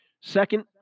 Second